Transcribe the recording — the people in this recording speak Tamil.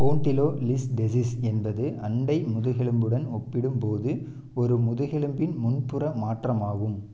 ஸ்போண்டிலோலிஸ்டெசிஸ் என்பது அண்டை முதுகெலும்புடன் ஒப்பிடும்போது ஒரு முதுகெலும்பின் முன்புற மாற்றமாகும்